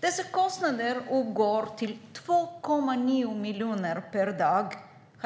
Enligt Handelskammarens beräkningar uppgår dessa kostnader till 2,9 miljoner per dag.